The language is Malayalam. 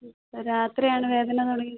രാത്രി ആണ് വേദന തുടങ്ങിയത്